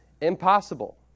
impossible